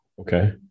okay